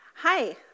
Hi